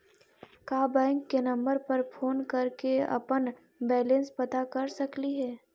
का बैंक के नंबर पर फोन कर के अपन बैलेंस पता कर सकली हे?